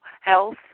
health